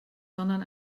sondern